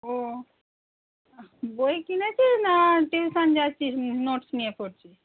ও বই কিনেছিস না টিউশন যাচ্ছিস নোটস নিয়ে পড়ছিস